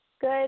Good